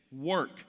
work